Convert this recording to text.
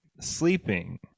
sleeping